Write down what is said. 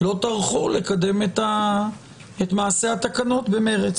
לא טרחו לקדם את מעשה התקנות במרץ.